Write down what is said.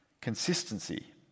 consistency